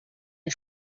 mir